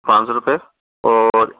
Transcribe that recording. पाँच सौ रुपए और